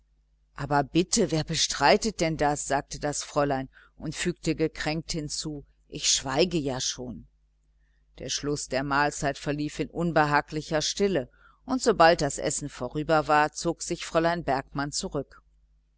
aber bitte wer bestreitet denn das sagte das fräulein und fügte gekränkt hinzu ich schweige ja schon der schluß der mahlzeit verlief in unbehaglicher stille und sobald das essen vorüber war zog sich fräulein bergmann zurück